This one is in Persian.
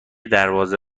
دربازه